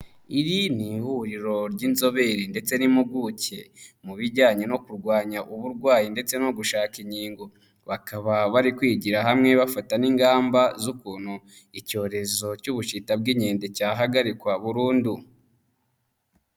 Iri ni ihuriro ry'inzobere ndetse n'impuguke mu bijyanye no kurwanya uburwayi ndetse no gushaka inkingo, bakaba bari kwigira hamwe bafata n'ingamba z'ukuntu icyorezo cy'Ubushita bw'inkende cyahagarikwa burundu.